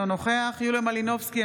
אינו נוכח יוליה מלינובסקי,